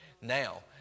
now